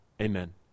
Amen